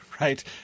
right